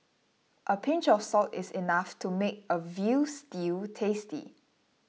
a pinch of salt is enough to make a Veal Stew tasty